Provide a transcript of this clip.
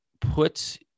put